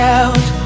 out